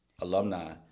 alumni